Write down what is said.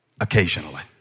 occasionally